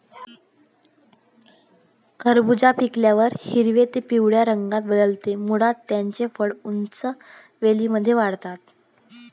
खरबूज पिकल्यावर हिरव्या ते पिवळ्या रंगात बदलते, मुळात त्याची फळे उंच वेलींमध्ये वाढतात